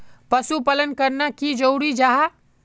पशुपालन करना की जरूरी जाहा?